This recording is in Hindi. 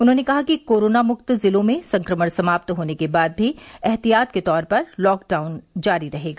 उन्होंने कहा कि कोरोना मुक्त जिलों में संक्रमण समाप्त होने के बाद भी एहतियात के तौर पर लॉकडाउन जारी रहेगा